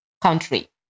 country